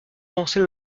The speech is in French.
avancer